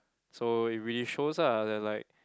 so it really shows ah that like